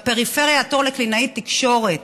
בפריפריה התור לקלינאי תקשורת,